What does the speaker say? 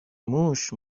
موش